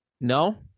No